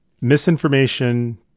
Misinformation